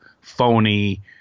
phony